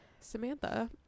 Samantha